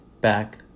back